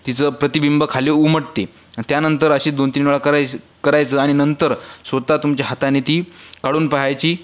तिचं प्रतिबिंब खाली उमटते त्यानंतर असं दोन तीन वेळा करायचं करायचं आणि नंतर स्वतः तुमच्या हाताने ती काढून पहायची